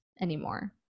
anymore